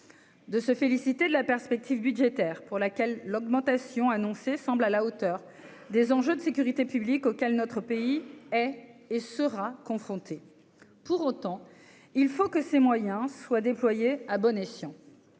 de se féliciter de la perspective budgétaire pour laquelle l'augmentation annoncée semble à la hauteur des enjeux de sécurité publique auxquels notre pays est et sera confronté, pour autant, il faut que ces moyens soient déployés à bon escient,